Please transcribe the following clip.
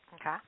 okay